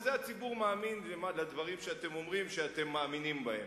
בזה הציבור מאמין לדברים שאתם אומרים שאתם מאמינים בהם.